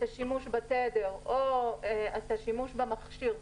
את השימוש בתדר או את השימוש במכשיר,